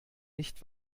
nicht